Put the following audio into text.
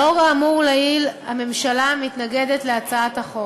לאור האמור לעיל, הממשלה מתנגדת להצעת החוק.